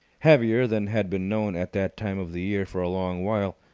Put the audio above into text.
heavier than had been known at that time of the year for a long while,